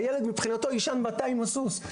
הילד מבחינתו יישן בתא עם הסוס,